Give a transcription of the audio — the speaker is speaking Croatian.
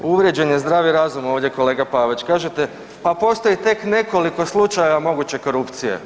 Uvrijeđen je zdravi razum ovdje kolega Paviću, kažete pa postoji tek nekoliko slučaja moguće korupcije.